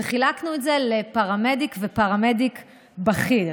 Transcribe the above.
וחילקנו את זה לפרמדיק ופרמדיק בכיר.